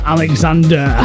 Alexander